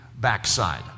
backside